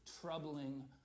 troubling